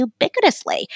ubiquitously